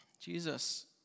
Jesus